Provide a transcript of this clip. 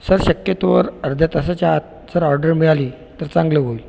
sir शक्यतोवर अर्ध्या तासाच्या आत जर ऑर्डर मिळाली तर चांगलं होईल